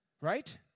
right